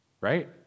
right